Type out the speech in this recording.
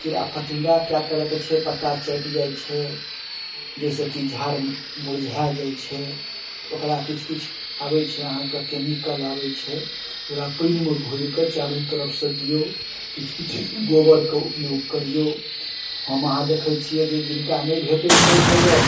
कीड़ा फतिङ्गा कएक तरहके छै पत्ता चाटि जाइ छै जैसँ की झाड़ मुरझाय जाइ छै ओकरा किछु किछु आबै छै अहाँके केमिकल आबै छै ओकरा पानिमे घोरिके चारू तरफसँ दिऔ किछु किछु गोबरके उपयोग करिऔ हम अहाँ देखै छियै जे जिनका नहि भेटै छै गोबर